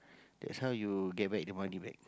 that's how you get back the money back